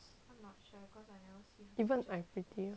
even I prettier